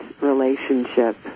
relationship